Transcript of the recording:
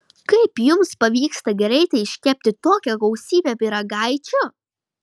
kaip jums pavyksta greitai iškepti tokią gausybę pyragaičių